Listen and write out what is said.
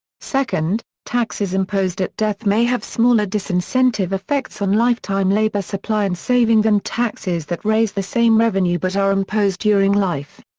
second, taxes imposed at death may have smaller disincentive effects on lifetime labor supply and saving than taxes that raise the same revenue but are imposed during life.